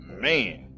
man